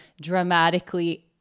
dramatically